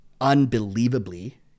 unbelievably